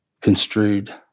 construed